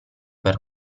per